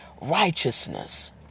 righteousness